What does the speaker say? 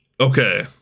Okay